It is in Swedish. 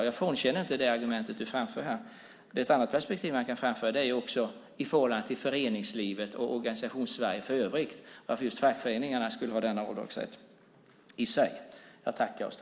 Jag underkänner inte det argument du framför här, men ett annat perspektiv som man kan framföra, i förhållande till föreningslivet och Organisations-Sverige för övrigt, är varför just fackföreningarna skulle ha denna avdragsrätt.